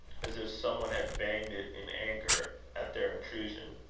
as if some one had banged it in anger at their intrusion.